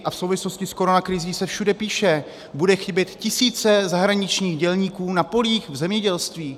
A v souvislosti s koronakrizí se všude píše: budou chybět tisíce zahraničních dělníků na polích v zemědělství.